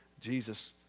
Jesus